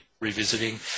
revisiting